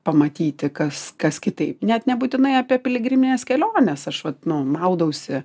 pamatyti kas kas kitaip net nebūtinai apie piligrimines keliones aš vat nu maudausi